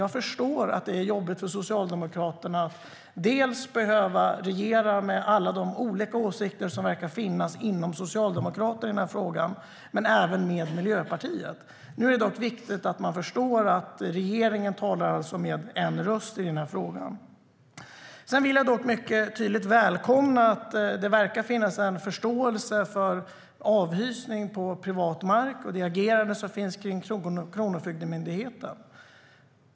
Jag förstår att det är jobbigt för Socialdemokraterna att behöva regera med alla de olika åsikter som verkar finnas inom Socialdemokraterna i den här frågan men även med Miljöpartiet. Nu är det dock viktigt att förstå att regeringen alltså talar med en röst i den här frågan. Sedan vill jag dock mycket tydligt välkomna att det verkar finnas en förståelse för avhysning på privat mark och agerandet av Kronofogdemyndigheten.